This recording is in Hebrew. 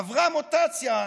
עברה מוטציה,